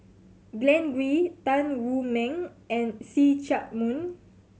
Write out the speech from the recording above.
Glen Goei Tan Wu Meng and See Chak Mun